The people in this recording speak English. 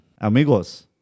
Amigos